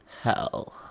Hell